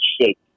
shape